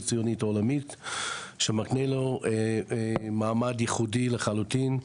הציונית העולמית שמקנה לה מעמד ייחודי לחלוטין.